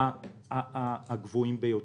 הגבוהים ביותר.